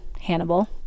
Hannibal